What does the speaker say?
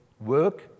work